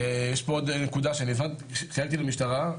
יש פה עוד נקודה שאני חייגתי למשטרה,